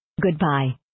Goodbye